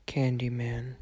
Candyman